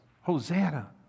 Hosanna